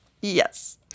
Yes